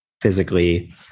physically